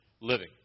living